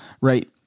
right